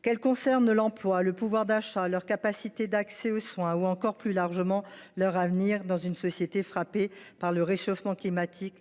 que celles ci concernent l’emploi, le pouvoir d’achat, leur capacité d’accès aux soins ou encore, plus largement, leur avenir dans une société frappée par le réchauffement climatique.